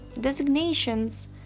designations